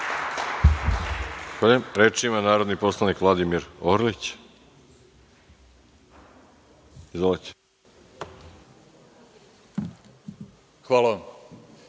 Hvala vam.